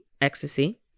ecstasy